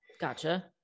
Gotcha